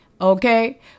Okay